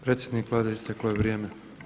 Predsjednik Vlade isteklo je vrijeme.